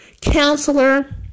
counselor